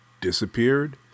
disappeared